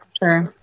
sure